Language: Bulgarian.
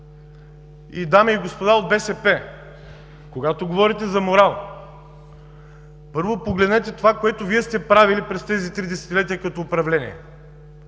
Дами и господа от БСП, когато говорите за морал, първо погледнете това, което Вие сте правили през тези три десетилетия като управление.